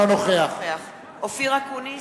אינו נוכח אופיר אקוניס,